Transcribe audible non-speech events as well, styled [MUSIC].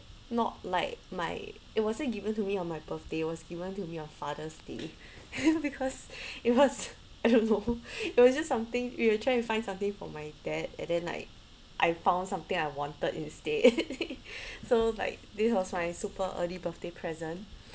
not like my it wasn't given to me on my birthday it was given to me on father's day [LAUGHS] because it was [LAUGHS] it was just something I was trying to find something for my dad at that night I found something I wanted you see [LAUGHS] so like this was my super early birthday present